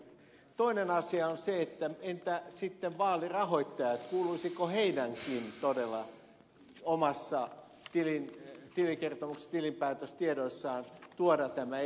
toinen asia on se että entä sitten vaalirahoittajat kuuluisiko heidänkin todella omassa tilikertomuksessaan tilinpäätöstiedoissaan tuoda tämä esille